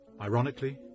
Ironically